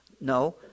no